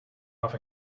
off